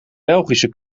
belgische